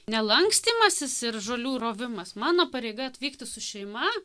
ne lankstymasis ir žolių rovimas mano pareiga atvykti su šeima